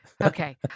okay